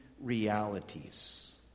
realities